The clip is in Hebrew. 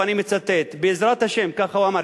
ואני מצטט: "בעזרת השם" ככה הוא אמר,